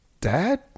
dad